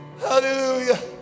Hallelujah